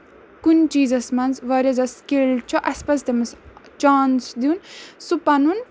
کُنہِ چیٖزَس منٛز واریاہ زیادٕ سِکِلٕڈ چھُ اَسہِ پَزِ تٔمِس چانٕس دیُن سُہ پَنُن